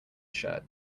shirt